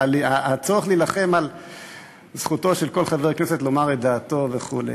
הצורך להילחם על זכותו של כל חבר כנסת לומר את דעתו וכו'.